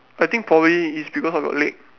I think probably is because of your leg